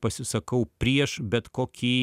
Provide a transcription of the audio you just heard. pasisakau prieš bet kokį